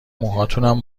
موهاتونم